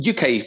UK